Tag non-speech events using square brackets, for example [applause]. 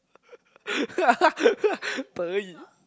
[laughs] Deyi